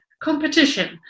competition